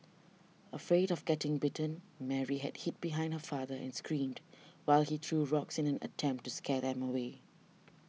afraid of getting bitten Mary had hid behind her father and screamed while he threw rocks in an attempt to scare them away